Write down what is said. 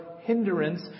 hindrance